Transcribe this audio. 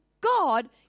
God